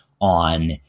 on